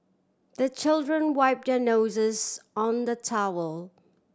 the children wipe their noses on the towel